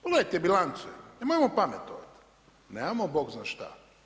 Pogledajte bilance, nemojmo pametovati, nemamo bog zna šta.